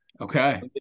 Okay